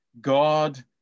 God